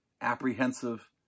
apprehensive